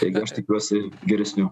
taigi aš tikiuosi geresnių